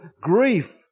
grief